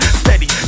steady